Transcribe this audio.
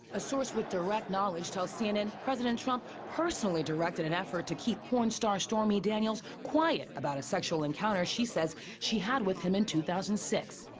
a source with direct knowledge tells cnn president trump personally directed an effort to keep porn star stormy daniels quiet about a sexual encounter she says she had with him in two thousand and six.